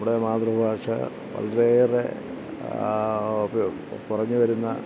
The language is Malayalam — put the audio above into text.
നമ്മുടെ മാതൃഭാഷ വളരെയേറെ കുറഞ്ഞ് വരുന്ന